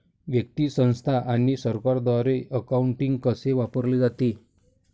व्यक्ती, संस्था आणि सरकारद्वारे अकाउंटिंग कसे वापरले जाते